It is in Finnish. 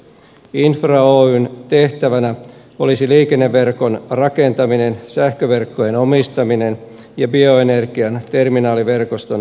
infra oyn tehtävänä olisi liikenneverkon rakentaminen sähköverkkojen omistaminen ja bioenergian terminaaliverkoston perustaminen